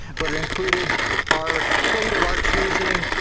but it included our plate of our choosing,